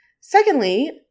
Secondly